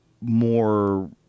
more